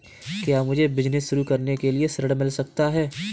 क्या मुझे बिजनेस शुरू करने के लिए ऋण मिल सकता है?